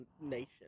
nation